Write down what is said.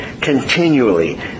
continually